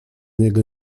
niego